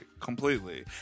Completely